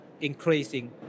increasing